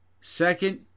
Second